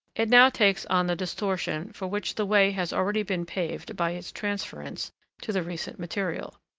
it now takes on the distortion for which the way has already been paved by its transference to the recent material.